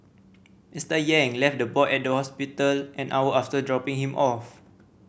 Mister Yang left the boy at the hospital an hour after dropping him off